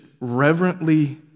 reverently